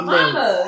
Mama